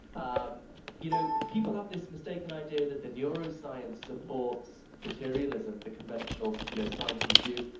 um you know people have this mistaken idea that the neuroscience supports materialism, the conventional you know scientific view.